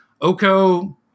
Oko